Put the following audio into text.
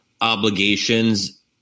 obligations